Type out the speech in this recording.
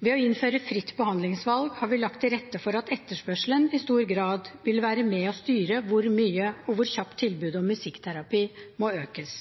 Ved å innføre fritt behandlingsvalg har vi lagt til rette for at etterspørselen i stor grad vil være med og styre hvor mye og hvor kjapt tilbudet om musikkterapi må økes.